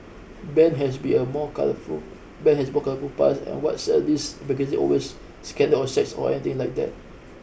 Ben has be a more colourful Ben has more colourful past and what sells these magazines is always scandal or sex or anything like that